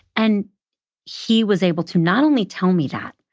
and he was able to not only tell me that,